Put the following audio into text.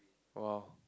!wow!